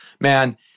man